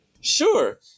Sure